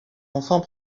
enfants